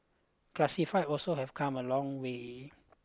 classified also have come a long way